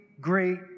Great